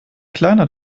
kleiner